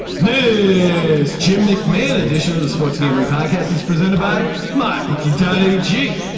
this is jim mcmahon. addition to the sports gambling podcast is presented by mybookie dot a g.